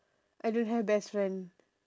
I don't have best friend